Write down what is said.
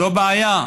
זו בעיה,